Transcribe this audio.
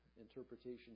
interpretation